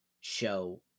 show